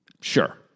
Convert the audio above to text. sure